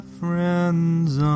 friend's